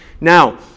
Now